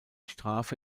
strafe